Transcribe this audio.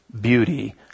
beauty